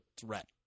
threat